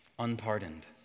unpardoned